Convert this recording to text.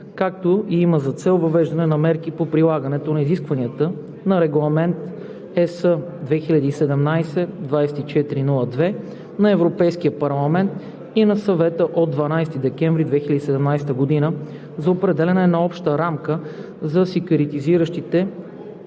както и има за цел въвеждане на мерки по прилагането на изискванията на Регламент (ЕС) 2017/2402 на Европейския парламент и на Съвета от 12 декември 2017 г. за определяне на обща рамка за секюритизациите